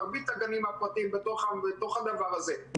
מרבית הגנים הפרטיים בתוך הדבר הזה,